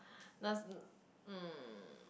those mm